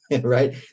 right